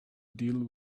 deal